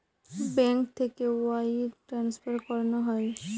bank থেকে wire transfer করানো হয়